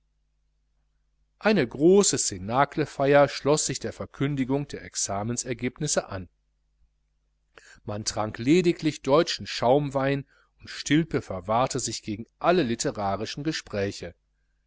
eine große cnaclefeier schloß sich der verkündigung der examenergebnisse an man trank lediglich deutschen schaumwein und stilpe verwahrte sich gegen alle literarischen gespräche